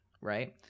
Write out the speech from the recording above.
right